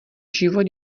život